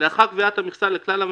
לא משנה,